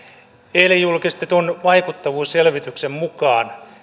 eilen julkistetun vaikuttavuusselvityksen mukaan